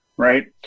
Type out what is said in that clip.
Right